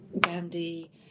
Gandhi